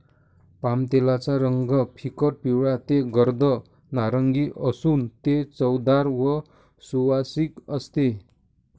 पामतेलाचा रंग फिकट पिवळा ते गर्द नारिंगी असून ते चवदार व सुवासिक असते